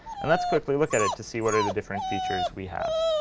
and let's quickly look at it to see what are the different features we have.